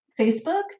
facebook